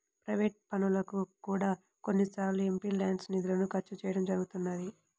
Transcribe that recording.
private పనులకు కూడా కొన్నిసార్లు ఎంపీల్యాడ్స్ నిధులను ఖర్చు చేయడం జరుగుతున్నది